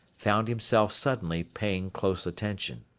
found himself suddenly paying close attention.